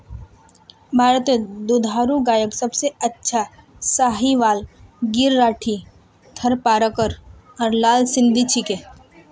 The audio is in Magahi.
भारतत दुधारू गायत सबसे अच्छा साहीवाल गिर राठी थारपारकर आर लाल सिंधी छिके